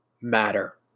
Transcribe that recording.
matter